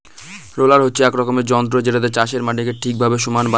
roller হচ্ছে এক রকমের যন্ত্র যেটাতে চাষের মাটিকে ঠিকভাবে সমান বানানো হয়